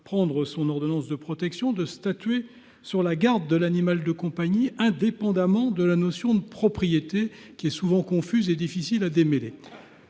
délivre l’ordonnance de protection, sur la garde de l’animal de compagnie, et ce indépendamment de la notion de propriété, laquelle est souvent confuse et difficile à démêler.